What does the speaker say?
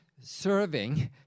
serving